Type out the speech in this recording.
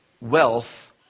wealth